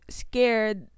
scared